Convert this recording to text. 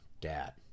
dad